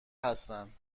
هستن